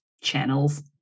channels